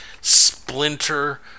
splinter